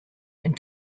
and